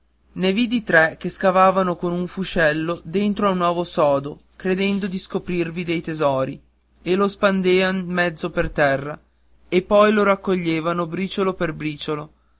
ne vidi tre che scavavano con un fuscello dentro a un ovo sodo credendo di scoprirvi dei tesori e lo spandean mezzo per terra e poi lo raccoglievano briciolo per briciolo